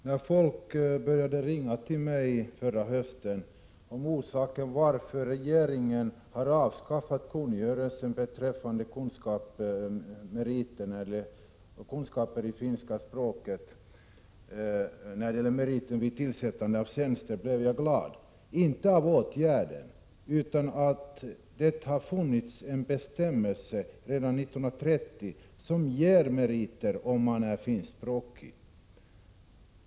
När folk började ringa till mig förra hösten och frågade om orsaken till att regeringen har avskaffat kungörelsen beträffande meritvärdet av kunskaper i finska språket vid tillsättande av tjänster blev jag glad — inte åt åtgärden som sådan utan över att det har funnits en bestämmelse ända sedan 1930 som ger meriter åt den som är finskspråkig.